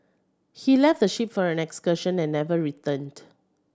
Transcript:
he left the ship for an excursion and never returned